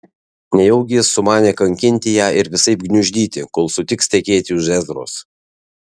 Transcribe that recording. nejaugi jis sumanė kankinti ją ir visaip gniuždyti kol sutiks tekėti už ezros